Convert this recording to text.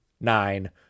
nine